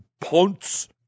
punts